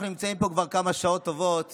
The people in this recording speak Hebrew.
אנחנו נמצאים פה כבר כמה שעות טובות